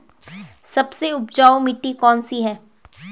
सबसे उपजाऊ मिट्टी कौन सी है?